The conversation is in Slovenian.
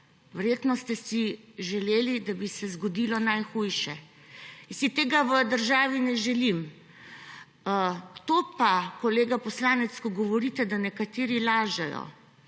Verjetno ste si želeli, da bi se zgodilo najhujše. Jaz si tega v državi ne želim. To pa, kolega poslanec, ko govorite, da nekateri lažejo,